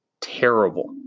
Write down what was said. terrible